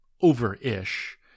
over-ish